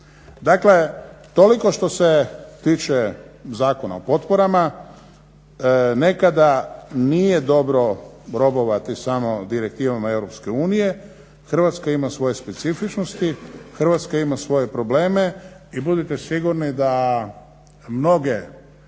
Dakle toliko što se tiče Zakona o potporama. Nekada nije dobro robovati samo direktivama EU, Hrvatska ima svoje specifičnosti, Hrvatska ima svoje probleme i budite sigurni da mnoge